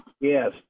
Yes